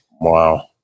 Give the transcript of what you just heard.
wow